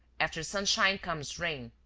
after sunshine comes rain.